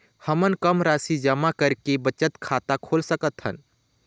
हमन कम राशि जमा करके बचत खाता खोल सकथन?